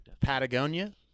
Patagonia